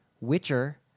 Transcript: Witcher